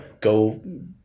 go